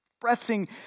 expressing